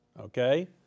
Okay